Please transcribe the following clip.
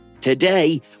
Today